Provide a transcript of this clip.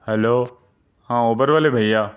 hello ہاں Uber والے بھیا